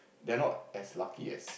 they are not as lucky as